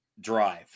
drive